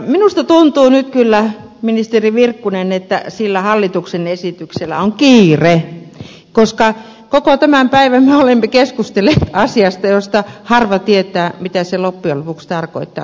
minusta tuntuu nyt kyllä ministeri virkkunen että sillä hallituksen esityksellä on kiire koska koko tämän päivän me olemme keskustelleet asiasta josta harva tietää mitä se loppujen lopuksi tarkoittaa käytännössä